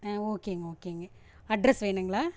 ஆ ஓகேங்க ஓகேங்க அட்ரஸ் வேணுங்களா